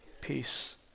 peace